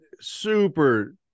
super